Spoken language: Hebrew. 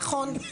נכון,